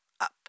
up